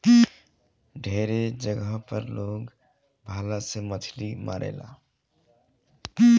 ढेरे जगह पर लोग भाला से मछली मारेला